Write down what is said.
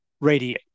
radiate